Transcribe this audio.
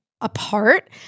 Apart